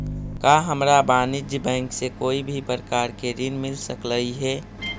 का हमरा वाणिज्य बैंक से कोई भी प्रकार के ऋण मिल सकलई हे?